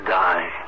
die